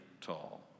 tall